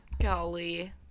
Golly